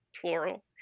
plural